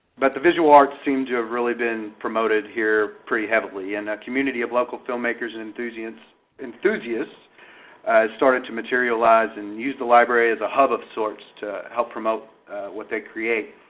but the visual arts seem to have really been promoted here pretty heavily. and the community of local filmmakers and enthusiasts has started to materialize, and use the library as a hub of sorts, to help promote what they create.